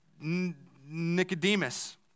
Nicodemus